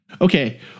okay